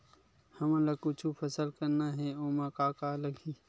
हमन ला कुछु फसल करना हे ओमा का का लगही?